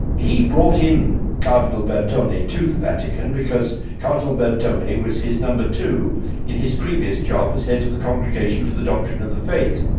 he brought in cardinal bertone to the vatican because cardinal bertone was his number two in his previous job as head of the congregation for the doctrine of the faith.